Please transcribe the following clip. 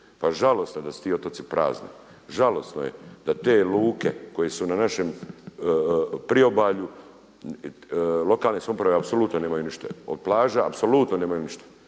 pa žalosno da su ti otoci prazni, žalosno je da te luke koje su na našem priobalju lokalne samouprave apsolutno nemaju ništa od plaža, apsolutno nemaju ništa.